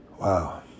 Wow